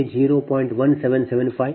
1775j0